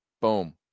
Boom